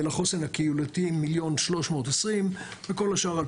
לחוסן הקהילתי 1.320 מיליון וכל השאר על